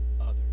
others